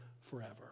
forever